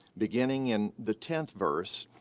beginning in the tenth verse,